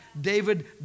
David